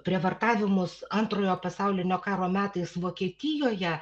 prievartavimus antrojo pasaulinio karo metais vokietijoje